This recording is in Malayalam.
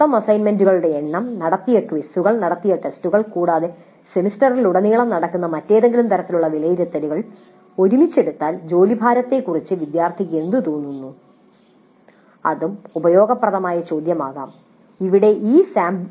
മൊത്തം അസൈൻമെന്റുകളുടെ എണ്ണം നടത്തിയ ക്വിസുകൾ നടത്തിയ ടെസ്റ്റുകൾ കൂടാതെ സെമസ്റ്ററിലുടനീളം നടക്കുന്ന മറ്റേതെങ്കിലും തരത്തിലുള്ള വിലയിരുത്തലുകൾ ഒരുമിച്ച് എടുത്താൽ ജോലിഭാരത്തെക്കുറിച്ച് വിദ്യാർത്ഥിക്ക് എന്തുതോന്നുന്നു അതും ഒരു ഉപയോഗപ്രദമായ ചോദ്യമാകാം